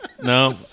No